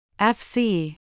FC